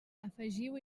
afegiu